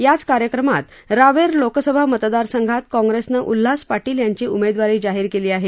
याच कार्यक्रमात रावेर लोकसभा मतदारसंघात काँग्रेसनं उल्हास पाटील यांची उमेदवारी जाहीर केली आहे